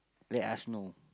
let us know